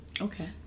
Okay